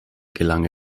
gelang